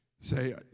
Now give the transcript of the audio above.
Say